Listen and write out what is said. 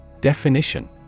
Definition